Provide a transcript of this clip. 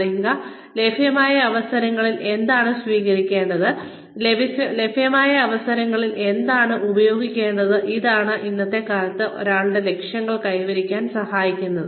അറിയുക ലഭ്യമായ അവസരങ്ങളിൽ ഏതാണ് സ്വീകരിക്കേണ്ടത് ലഭ്യമായ അവസരങ്ങളിൽ ഏതാണ് ഉപയോഗിക്കേണ്ടത് ഇതാണ് ഇന്നത്തെ കാലത്ത് ഒരാളുടെ ലക്ഷ്യങ്ങൾ കൈവരിക്കാൻ സഹായിക്കുന്നത്